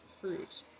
fruit